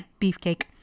Beefcake